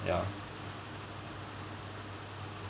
ya